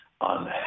on